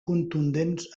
contundents